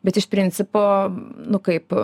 bet iš principo nu kaip